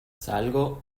salgo